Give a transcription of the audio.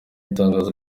itangazo